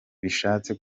bishatse